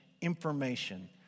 information